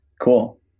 Cool